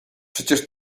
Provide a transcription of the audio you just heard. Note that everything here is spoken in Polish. przecież